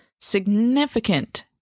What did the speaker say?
significant